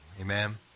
Amen